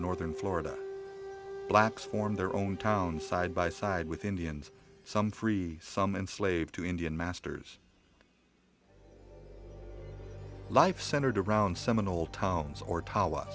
northern florida blacks form their own town side by side with indians some free some and slave two indian masters life centered around seminole towns or t